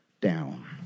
down